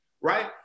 right